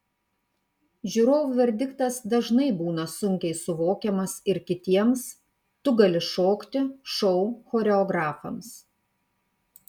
žiūrovų verdiktas dažnai būna sunkiai suvokiamas ir kitiems tu gali šokti šou choreografams